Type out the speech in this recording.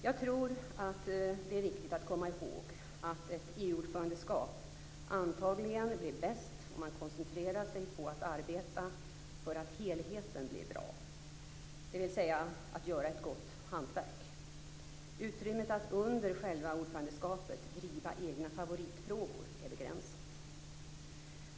Jag tror att det är viktigt att komma ihåg att ett EU-ordförandeskap antagligen blir bäst om man koncentrerar sig på att arbeta för att helheten blir bra, dvs. att göra ett gott hantverk. Utrymmet att under själva ordförandeskapet driva egna favoritfrågor är begränsat.